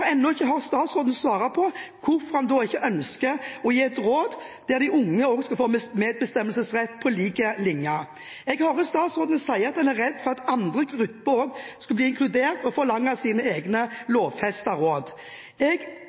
ennå ikke hørt statsråden svare på hvorfor han da ikke ønsker å ha et råd der de unge også skal få medbestemmelsesrett på lik linje. Jeg hører statsråden si at han er redd for at andre grupper også skal bli inkludert og forlange sine egne lovfestede råd. Jeg